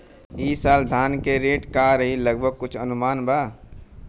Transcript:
ई साल धान के रेट का रही लगभग कुछ अनुमान बा?